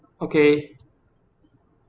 okay